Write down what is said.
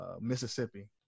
Mississippi